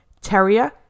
Terrier